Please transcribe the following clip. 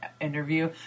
interview